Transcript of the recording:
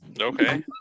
okay